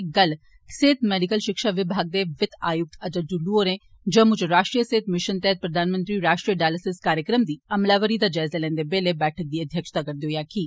एह् गल्ल सेहत मैडिकल शिक्षा विभाग दे वित्त आयुत अटल डुल्लु होरें जम्मू च राष्ट्रीय सेहत मिशन तैह्त प्रधानमंत्री राष्ट्रीय डायलिसिस कारजक्रम दी अमलावरी दा जायजा लैंदे बेल्लै बैठका दी अध्यक्षता करदे होई आक्खी